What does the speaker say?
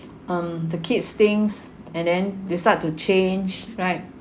um the kids thinks and then they start to change right